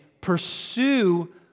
pursue